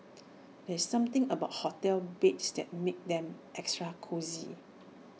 there's something about hotel beds that makes them extra cosy